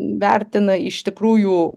vertina iš tikrųjų